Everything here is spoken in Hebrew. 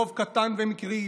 ברוב קטן ומקרי,